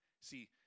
See